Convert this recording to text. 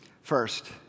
First